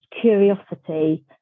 curiosity